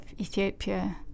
Ethiopia